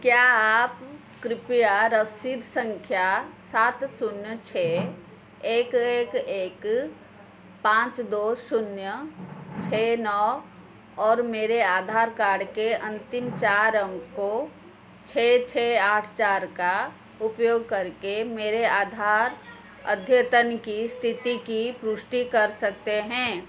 क्या आप कृपया रसीद सँख्या सात शून्य छह एक एक एक पाँच दो शून्य छह नौ और मेरे आधार कार्ड के अन्तिम चार अंकों छह छह आठ चार का उपयोग करके मेरे आधार अद्यतन की इस्थिति की पुष्टि कर सकते हैं